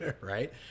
Right